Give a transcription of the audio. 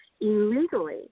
illegally